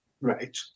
right